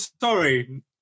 sorry